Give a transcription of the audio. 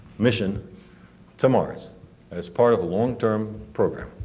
mission to mars as part of a long-term program.